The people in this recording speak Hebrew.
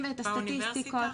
באוניברסיטה?